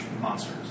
monsters